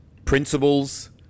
principles